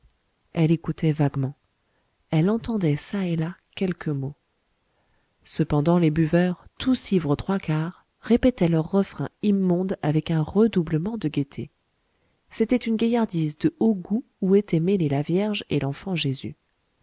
elle écoutait vaguement elle entendait çà et là quelques mots cependant les buveurs tous ivres aux trois quarts répétaient leur refrain immonde avec un redoublement de gaîté c'était une gaillardise de haut goût où étaient mêlés la vierge et l'enfant jésus